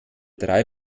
drei